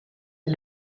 the